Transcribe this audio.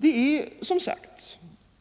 Det är som sagt,